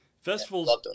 Festivals